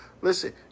Listen